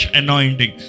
anointing